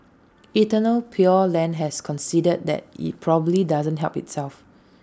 eternal pure land has conceded that IT probably didn't help itself